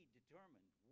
determined